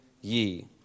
ye